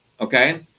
okay